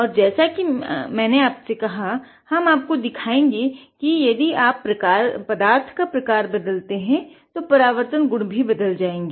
और जैसा कि मैंने आपसे कहा कि हम आपको दिखायेंगे कि यदि आप पदार्थ का प्रकार बदलते हैं तो परावर्तन गुण भी बदल जायेंगे